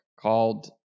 called